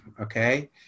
okay